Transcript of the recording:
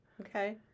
Okay